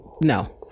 No